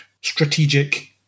strategic